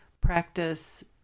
practice